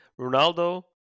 ronaldo